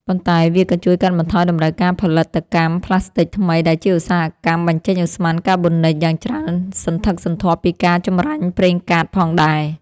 ប៉ុន្តែវាក៏ជួយកាត់បន្ថយតម្រូវការផលិតកម្មផ្លាស្ទិកថ្មី ដែលជាឧស្សាហកម្មបញ្ចេញឧស្ម័នកាបូនិកយ៉ាងច្រើនសន្ធឹកសន្ធាប់ពីការចម្រាញ់ប្រេងកាតផងដែរ។